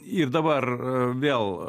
ir dabar vėl